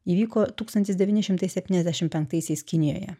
įvyko tūkstantis devyni šimtai septyniasdešim penktaisiais kinijoje